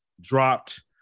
dropped